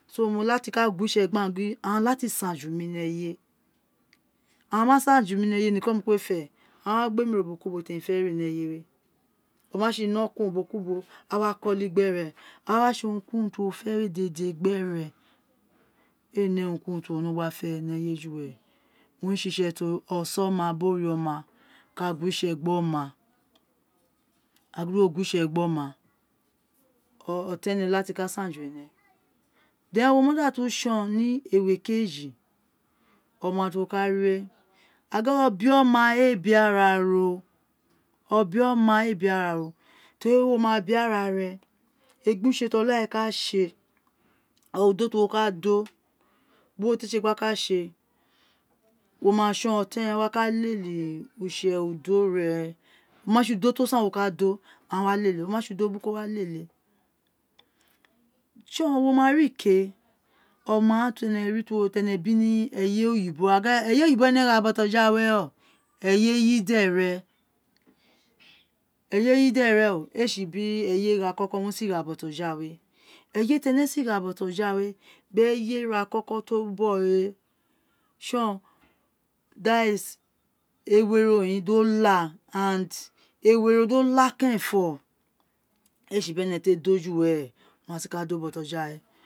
mo la ti ka gu wo itse gbi aghan ginva lata saan ju mi ni eyuwere awaa saanam mi ni eyewe niko mo kpe fie a wa gbe mi re ubo ku ubo temfe re ni eyemi oma tsi ino kun ubo kuubo awa ko uli gbere awa tse urun ku urun tibuwo fe we dede gbere we ne utun ku urun ti wo no gne fw ni eyewe ju were owun re tsi oson ma to oma bi ore ona ka kubwo itse gbi oma gin di uwo do gu wo itse gbe oma oton eme kiti ka san ju ene di wo ma da tun tson ni ewu okeji oma ti wo ka ri we agin obioma ee bi araro obioma ee bi araro yori wima bi tsi ee or udu ti wo ti ee tsi ren wo ma tson oton ene waka lele utse udo re oma tsi udo to san wo kq do a wa lele uwo oma tsi udo buru kun owa lele uwo tson wo ma ri ke oma ti ene bi ni eyewe oyibo agin eye oyibo owun ere gha botoka we reen o eye yoderen eye yide ren etsi bi eye gha koko owun osi gha bojawe ey teri a si gja bojawe di eye gha ni ira ti o bogho we tson ewe we ro do ka ewe we rodo kaa kerenfo eetsi bi ene ti ee dobjubwer owun a si ka doju were